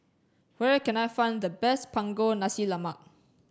where can I find the best Punggol Nasi Lemak